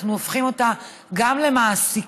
אנחנו הופכים אותה גם למעסיקה,